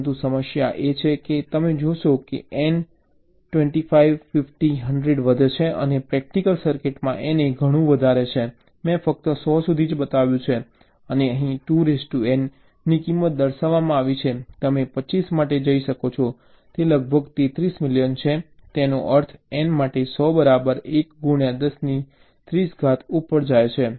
પરંતુ સમસ્યા એ છે કે તમે જોશો કે N 25 50 100 વધે છે અને પ્રેક્ટિકલ સર્કિટમાં N એ ઘણું વધારે છે મેં ફક્ત 100 સુધી જ બતાવ્યું છે અને અહીં 2N ની કિંમત દર્શાવવામાં આવી છે તમે 25 માટે જોઈ શકો છો તે લગભગ 33 મિલિયન છે તેનો અર્થ N માટે 100 બરાબર 11030 ઉપર જાય છે